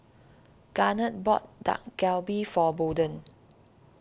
Garnet bought Dak Galbi for Bolden